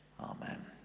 Amen